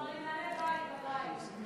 הוא כבר עם נעלי-בית, בבית.